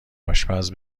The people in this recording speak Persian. آشپز